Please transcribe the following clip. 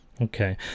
Okay